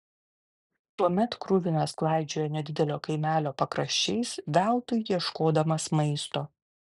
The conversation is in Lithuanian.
tuomet kruvinas klaidžiojo nedidelio kaimelio pakraščiais veltui ieškodamas maisto